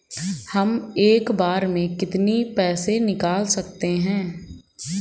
हम एक बार में कितनी पैसे निकाल सकते हैं?